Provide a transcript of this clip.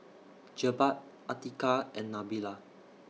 Jebat Atiqah and Nabila